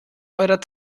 eurer